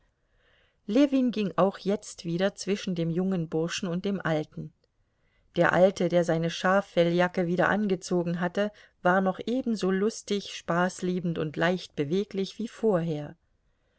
ljewin ging auch jetzt wieder zwischen dem jungen burschen und dem alten der alte der seine schaffelljacke wieder angezogen hatte war noch ebenso lustig spaßliebend und leichtbeweglich wie vorher